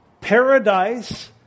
paradise